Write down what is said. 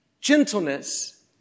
gentleness